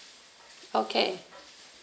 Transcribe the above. okay